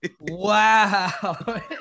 Wow